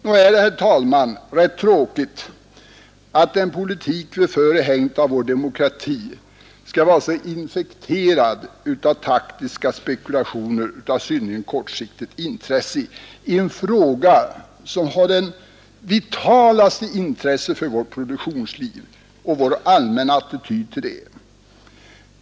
Nog är det, herr talman, rätt tråkigt att den politik vi för i hägnet av vår demokrati skall vara så infekterad av taktiska spekulationer av synnerligen kortsiktigt intresse i en fråga som har den vitalaste betydelse för vårt produktionsliv och vår allmänna attityd till det!